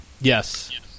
Yes